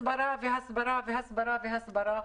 הסברה והסברה והסברה.